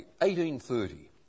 1830